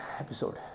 episode